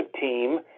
team